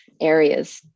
areas